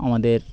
আমাদের